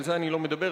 על זה אני לא מדבר,